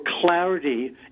clarity